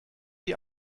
die